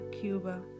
Cuba